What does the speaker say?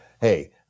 Hey